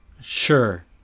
Sure